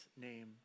name